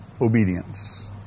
obedience